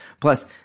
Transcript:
Plus